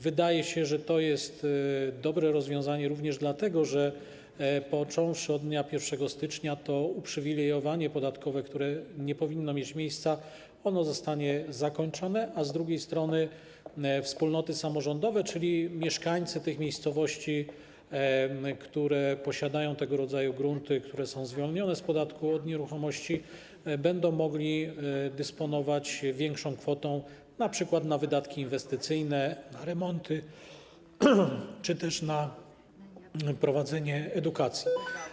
Wydaje się, że to jest dobre rozwiązanie również dlatego, że począwszy od dnia 1 stycznia, to uprzywilejowanie podatkowe, które nie powinno mieć miejsca, zostanie zakończone, a z drugiej strony wspólnoty samorządowe, czyli mieszkańcy tych miejscowości, które posiadają tego rodzaju grunty, które są zwolnione z podatku od nieruchomości, będą mogli dysponować większą kwotą, np. na wydatki inwestycyjne, na remonty czy też na prowadzenie edukacji.